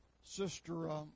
Sister